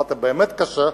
עבדת באמת קשה,